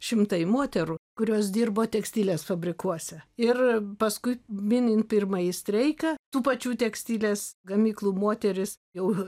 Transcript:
šimtai moterų kurios dirbo tekstilės fabrikuose ir paskui minint pirmąjį streiką tų pačių tekstilės gamyklų moterys jau